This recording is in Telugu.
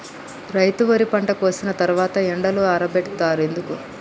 రైతులు వరి పంటను కోసిన తర్వాత ఎండలో ఆరబెడుతరు ఎందుకు?